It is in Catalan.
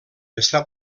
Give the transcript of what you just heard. està